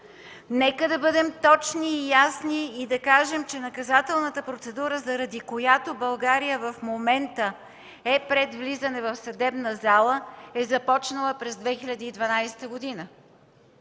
Нека да бъдем точни и ясни и да кажем, че наказателната процедура, заради която България в момента е пред влизане в съдебна зала, е започнала през 2012 г.